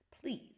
Please